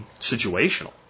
situational